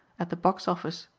at the box office.